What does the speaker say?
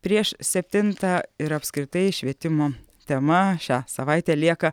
prieš septintą ir apskritai švietimo tema šią savaitę lieka